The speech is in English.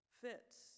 fits